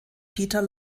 peter